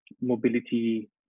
mobility